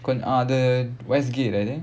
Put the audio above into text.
அது:adhu westgate I think